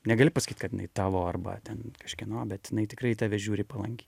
negali pasakyt kad jinai tavo arba ten kažkieno bet jinai tikrai į tave žiūri palankiai